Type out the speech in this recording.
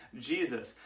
Jesus